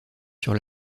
sur